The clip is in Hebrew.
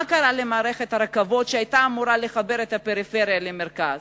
מה קרה למערכת הרכבות שהיתה אמורה לחבר את הפריפריה למרכז?